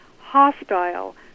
hostile